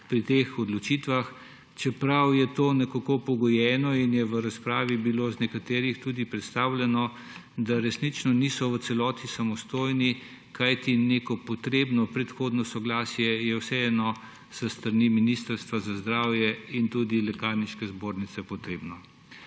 pri teh odločitvah, čeprav je to nekako pogojeno in so v razpravi nekateri tudi predstavili, da resnično niso v celoti samostojni, kajti neko potrebno predhodno soglasje je vseeno s strani Ministrstva za zdravje in tudi Lekarniške zbornice potrebno.